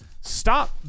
Stop